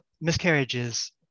miscarriages